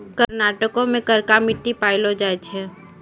कर्नाटको मे करका मट्टी पायलो जाय छै